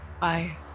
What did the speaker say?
Bye